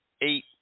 eight